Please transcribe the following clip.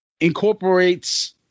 incorporates